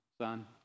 son